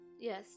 yes